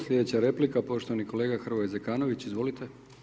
Slijedeća replika poštovani kolega Hrvoje Zekanović, izvolite.